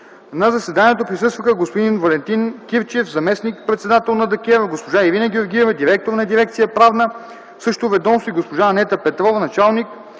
На заседанието присъстваха: господин Валентин Кирчев – заместник-председател на ДКЕВР, госпожа Ирина Георгиева – директор на дирекция „Правна” в същото ведомство, и госпожа Анета Петрова – началник